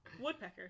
woodpecker